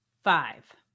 Five